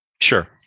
Sure